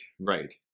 right